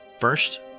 First